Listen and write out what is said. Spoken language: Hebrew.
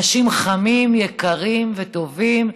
אנשים חמים, יקרים וטובים,